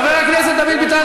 חבר הכנסת דוד ביטן,